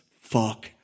Fuck